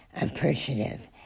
appreciative